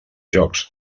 jocs